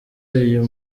uyu